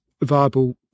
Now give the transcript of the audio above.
viable